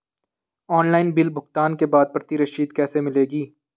Online bill भुगतान के बाद प्रति रसीद कैसे मिलेगी?